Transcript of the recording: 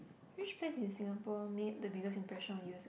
which place in Singapore made the biggest impression on you